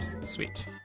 sweet